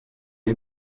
est